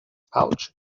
pouch